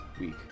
week